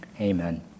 amen